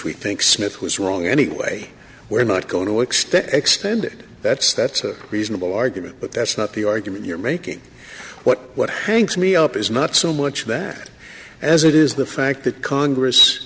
we think smith was wrong anyway we're not going to extend extended that's that's a reasonable argument but that's not the argument you're making what what hangs me up is not so much that as it is the fact that congress